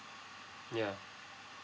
ya